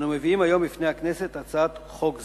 אנו מביאים היום בפני הכנסת הצעת חוק זו,